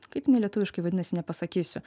kaip jinai lietuviškai vadinasi nepasakysiu